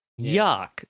yuck